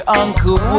uncle